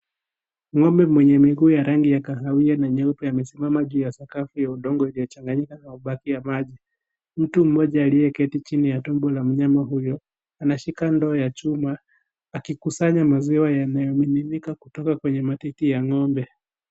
Ng'ombe mwenye miguu ya rangi ya kahawia na nyeupe amesimama juu ya sakafu ya udongo iliyochanganyika na mabaki ya maji. Mtu mmoja aliyeketi chini ya tumbo la mnyama huyo, anashika ndoo ya chuma, akikusanya maziwa yanayominika kutoka kwenye matiti ya ng'ombe.